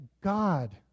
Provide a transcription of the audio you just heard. God